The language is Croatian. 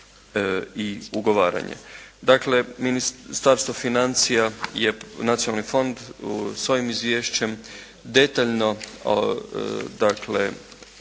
Dakle Ministarstvo financija je Nacionalni fond s ovim izvješćem detaljno dakle